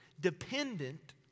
dependent